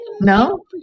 No